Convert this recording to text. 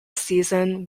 season